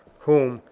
whom,